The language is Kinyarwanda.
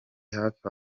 hafi